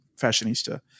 Fashionista